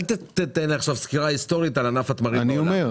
אל תיתן לי עכשיו סקירה היסטורית על ענף התמרים בעולם.